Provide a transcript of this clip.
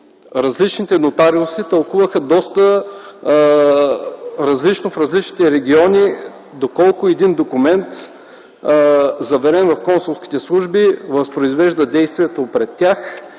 различните нотариуси тълкуваха доста различно в различните региони доколко един документ, заверен в консулските служби, възпроизвежда действието пред тях